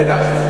רגע.